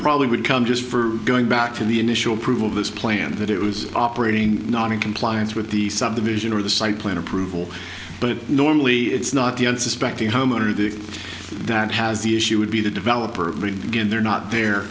probably would come just for going back to the initial proof of this plan that it was operating not in compliance with the subdivision or the site plan approval but normally it's not the unsuspecting homeowner the that has the issue would be the developer begin they're not there